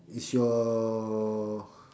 is your